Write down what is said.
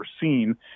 seen